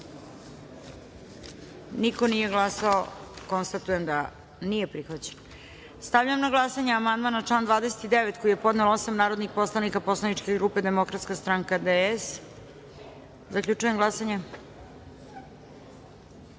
niko nije glasao. Konstatujem da amandman nije prihvaćen. Stavljam na glasanje amandman na član 17. koji je podnelo osam narodnih poslanika posleničke grupe Demokratska stranka DS.Zaključujem glasanje: